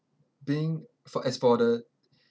being for as for the